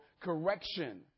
correction